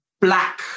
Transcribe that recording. black